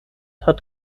hat